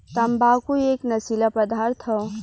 तम्बाकू एक नसीला पदार्थ हौ